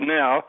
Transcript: now